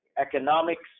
economics